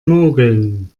mogeln